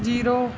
zero